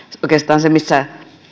oikeastaan se